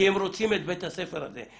כי הם רוצים את בית הספר הזה.